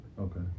Okay